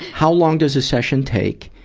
how long does the session take,